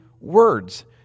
words